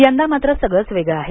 यंदा मात्र सगळंच वेगळं आहे